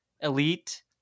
elite